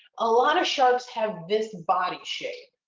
a lot of sharks have this body shape.